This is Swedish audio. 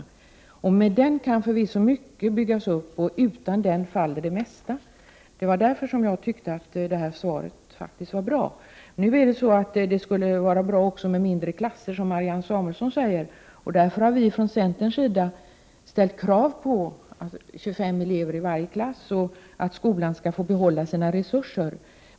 Och med denna grundförutsättning kan förvisso mycket byggas upp, och utan den faller det mesta. Det var därför som jag faktiskt tyckte att det här svaret var bra. Det skulle också vara bra med mindre klasser, vilket Marianne Samuelsson tog upp. Därför har vi från centerns sida ställt krav på att antalet elever i varje klass skall vara högst 25 och att skolan skall få behålla sina resurser.